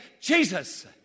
Jesus